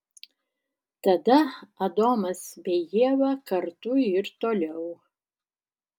tada adomas bei ieva kartu ir toliau